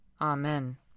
Amen